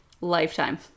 Lifetime